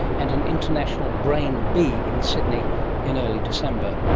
and an international brain bee in sydney in early december.